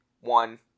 one